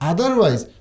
Otherwise